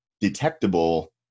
detectable